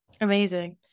Amazing